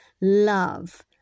love